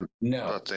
No